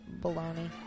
Baloney